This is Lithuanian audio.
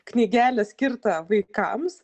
knygelę skirtą vaikams